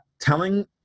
telling